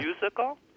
musical